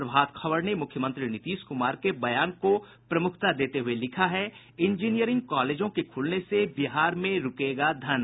प्रभात खबर ने मुख्यमंत्री नीतीश कुमार के बयान को प्रमुखता देते हुए लिखा है इंजीनियरिंग कॉलेजों के खुलने से बिहार में रूकेगा धन